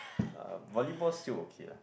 uh volleyball still okay lah